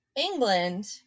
England